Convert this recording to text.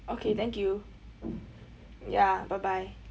okay thank you ya bye bye